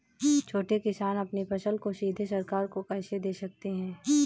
छोटे किसान अपनी फसल को सीधे सरकार को कैसे दे सकते हैं?